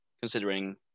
considering